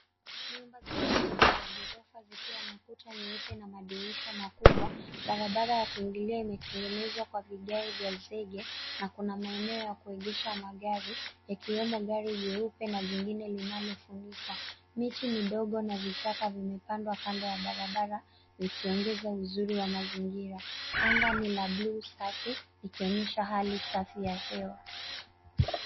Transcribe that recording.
Nyumba za kisasa za ghorofa, zikiwa na kuta nyeupe na madirisha makubwa. Barabara ya kuingilia imetengenezwa kwa vigae vya zege, na kuna maeneo ya kuegesha magari, yakiwemo, gari jeupe na jingine linalofunikwa. Miti midogo na vichaka vimepandwa kando ya barabara, vikiongeza uzuri wa mazingira. Anga ni la blue safi, likionyesha hali safi ya hewa.